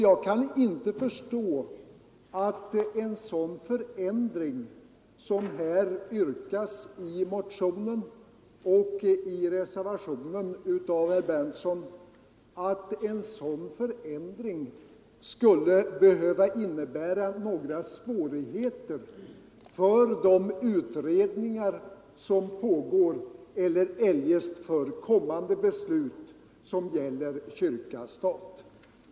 Jag kan inte förstå att en sådan förändring som yrkas i motionen och reservationen av herr Berndtson skulle behöva innebära några svårigheter för de utredningar som pågår eller eljest för kommande beslut som gäller kyrka-stat.